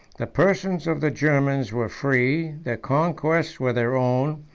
the persons of the germans were free, their conquests were their own,